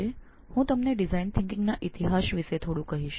આજે હું આપને ડિઝાઇન થીંકીંગ ના ઇતિહાસ વિશે થોડુંક કહીશ